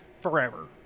forever